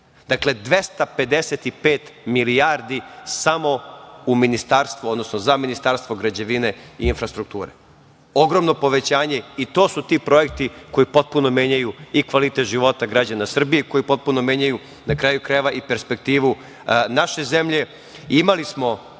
Dakle, 255 milijardi samo za Ministarstvo građevine i infrastrukture. Ogromno povećanje. To su ti projekti koji potpuno menjaju i kvalitet života građana Srbije, koji potpuno menjaju, na kraju krajeva, i perspektivu naše zemlje. Imali